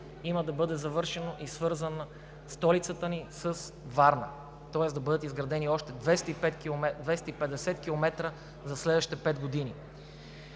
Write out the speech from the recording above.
да бъде завършена и свързана столицата ни с Варна, тоест да бъдат изградени още 250 км за следващите пет години.